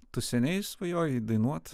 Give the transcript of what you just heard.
tu seniai svajoji dainuot